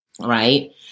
right